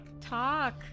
Talk